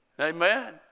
Amen